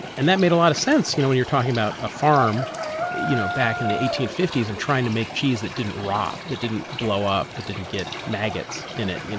and that made a lot of sense you know when you're talking about a farm you know back in the eighteen fifty s and trying to make cheese that didn't rot, that didn't blow up, that didn't get maggots in it.